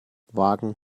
wagen